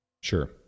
Sure